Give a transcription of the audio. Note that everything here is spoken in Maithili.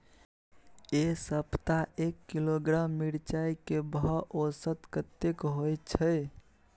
ऐ सप्ताह एक किलोग्राम मिर्चाय के भाव औसत कतेक होय छै?